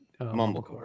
mumblecore